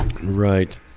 right